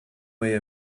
way